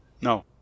No